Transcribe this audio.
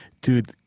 dude